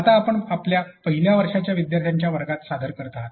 आता आपण आपल्या पहिल्या वर्षाच्या विद्यार्थ्यांच्या वर्गात सादर करीत आहात